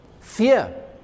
fear